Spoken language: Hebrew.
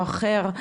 או אחר,